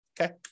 Okay